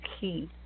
key